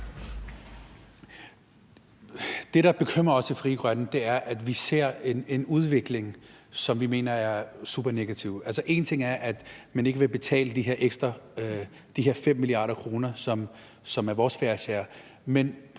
Det, der bekymrer os i Frie Grønne, er, at vi ser en udvikling, som vi mener er supernegativ. En ting er, at man ikke vil betale de her 5 mia. kr. ekstra, som er vores fair